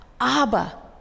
Abba